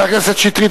חבר הכנסת שטרית,